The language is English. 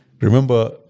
Remember